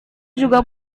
juga